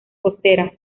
costeras